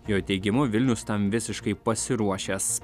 jo teigimu vilnius tam visiškai pasiruošęs